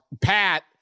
Pat